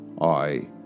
I